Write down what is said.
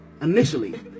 Initially